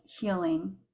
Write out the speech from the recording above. healing